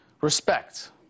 Respect